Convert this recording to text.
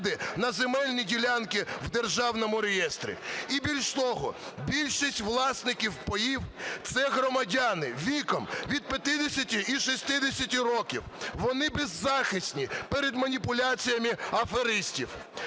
на земельні ділянки в державному реєстрі. І більше того, більшість власників паїв – це громадяни віком від 50 і 60 років. Вони беззахисні перед маніпуляціями аферистів.